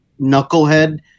knucklehead